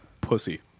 Pussy